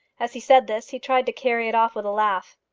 as he said this he tried to carry it off with a laugh.